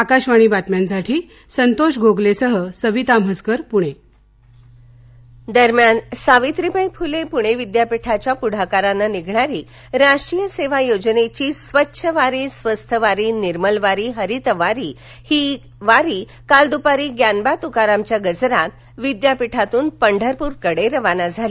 आकाशवाणी बातम्यांसाठी संतोष गोगलेसह सविता म्हसकर पुणे दरम्यान सावित्रीबाई फुले पुणे विद्यापीठाच्या पुढाकारानं निघणारी राष्ट्रीय सेवा योजनेची स्वच्छ वारी स्वस्थ वारी निर्मळ वारी हरित वारी ही काल दुपारी ग्यानबा तुकारामच्या गजरात विद्यापीठातून पंढरपूरकडे रवाना झाली